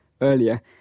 earlier